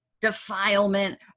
defilement